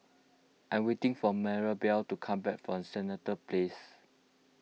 I'm waiting for Marybelle to come back from Senett Place